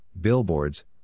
billboards